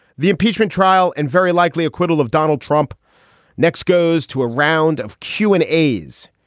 the impeachment trial and very likely acquittal of donald trump next goes to a round of q and a's.